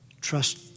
trust